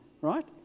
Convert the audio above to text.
right